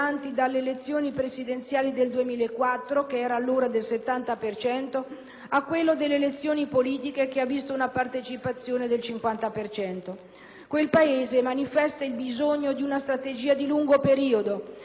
laddove le elezioni politiche, hanno visto una partecipazione del 50 per cento. Quel Paese manifesta il bisogno di una strategia di lungo periodo, che affronti i nodi trascurati di una *governance* inefficace e priva di visione,